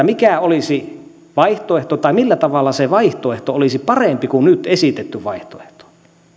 mikä olisi vaihtoehto tai millä tavalla se vaihtoehto olisi parempi kuin nyt esitetty vaihtoehto